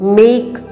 make